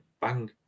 bang